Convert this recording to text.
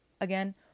Again